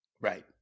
right